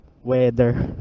weather